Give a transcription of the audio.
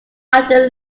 after